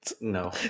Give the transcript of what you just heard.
No